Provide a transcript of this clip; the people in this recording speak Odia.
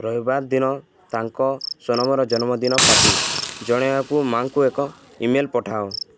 ରବିବାର ଦିନ ତାଙ୍କ ସୋନମର ଜନ୍ମଦିନ ପାର୍ଟି ଜଣାଇବାକୁ ମାଙ୍କୁ ଏକ ଇମେଲ ପଠାଅ